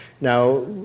Now